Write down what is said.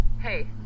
Hey